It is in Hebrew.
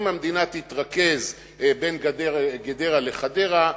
אם המדינה תתרכז בין גדרה לחדרה,